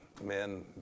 men